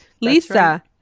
Lisa